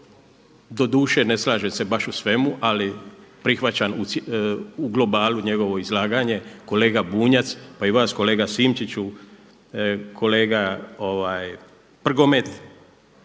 doduše ne slažem se baš u svemu, ali prihvaćam u globalu njegovo izlaganje kolega Bunjac, pa i vas kolega Sinčiću, kolega Prgomet.